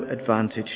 advantage